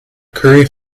curry